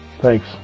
Thanks